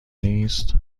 نیست